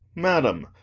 madam,